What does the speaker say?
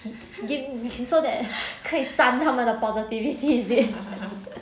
is it so that 可以沾他们的 positivity is it